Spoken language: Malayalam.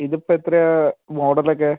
ഇത് ഇപ്പോൾ എത്രയാണ് മോഡലൊക്കെ